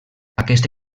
aquesta